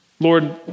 Lord